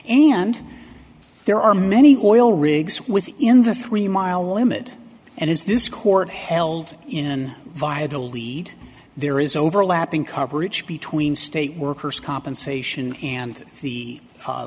and there are many oil rigs within the three mile limit and as this court held in via the lead there is overlapping coverage between state workers compensation and the